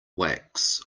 wax